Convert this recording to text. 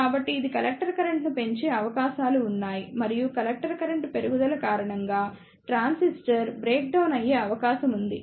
కాబట్టి ఇది కలెక్టర్ కరెంట్ను పెంచే అవకాశాలు ఉన్నాయి మరియు కలెక్టర్ కరెంట్ పెరుగుదల కారణంగా ట్రాన్సిస్టర్ బ్రేక్డౌన్ అయ్యే అవకాశం ఉంది